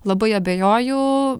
labai abejoju